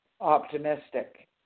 optimistic